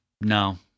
no